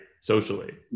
Socially